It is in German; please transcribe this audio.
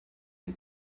ein